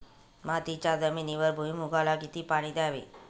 मातीच्या जमिनीवर भुईमूगाला किती पाणी द्यावे?